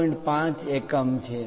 5 એકમ છે